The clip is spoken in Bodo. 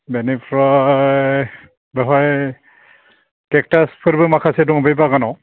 बेनिफ्राय बावहाय केकटासफोरबो माखासे दं बे बागानाव